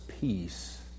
peace